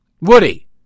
Woody